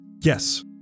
Yes